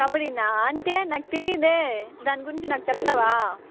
కబడ్డీయా అంటే నాకు తెలియదే దాని గురించి నాకు చెప్తావా